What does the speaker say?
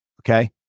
Okay